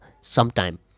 sometime